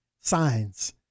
Signs